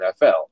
NFL